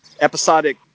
episodic